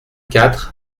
quatre